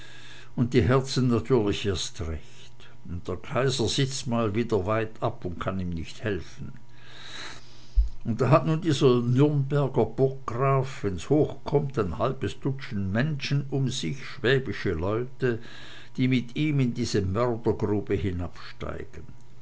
und die herzen natürlich erst recht und der kaiser sitzt mal wieder weitab und kann ihm nicht helfen und da hat nun dieser nürnberger burggraf wenn's hoch kommt ein halbes dutzend menschen um sich schwäbische leute die mit ihm in diese mördergrube hinabsteigen